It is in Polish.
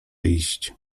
iść